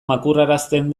makurrarazten